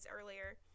earlier